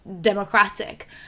democratic